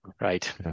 Right